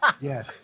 Yes